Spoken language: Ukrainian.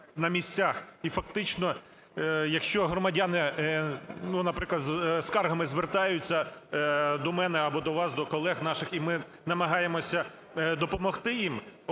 Дякую,